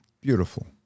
Beautiful